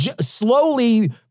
slowly